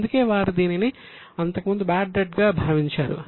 అందుకే వారు దీనిని అంతకుముందు బాడ్ డెట్ గా భావించారు